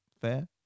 fair